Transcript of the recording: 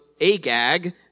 Agag